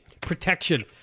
protection